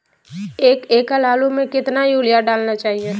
एक एकड़ आलु में कितना युरिया डालना चाहिए?